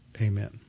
amen